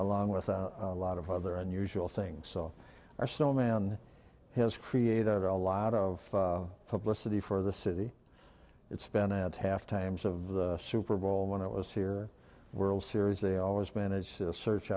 along with a lot of other unusual things so our snowman has created a lot of publicity for the city it's been at halftimes of the super bowl when i was here world series they always manage to search